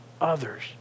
others